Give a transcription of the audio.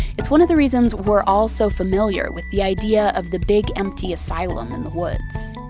it's one of the reasons we're all so familiar with the idea of the big empty asylum in the woods.